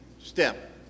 step